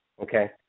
okay